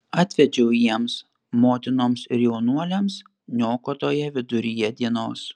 atvedžiau jiems motinoms ir jaunuoliams niokotoją viduryje dienos